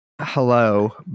Hello